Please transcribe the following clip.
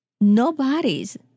nobody's